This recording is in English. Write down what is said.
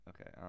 Okay